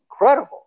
incredible